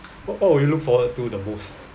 what all of you look forward to the most